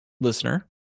listener